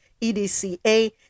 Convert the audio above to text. EDCA